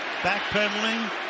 Backpedaling